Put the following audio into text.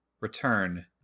return